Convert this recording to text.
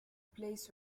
place